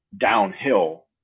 downhill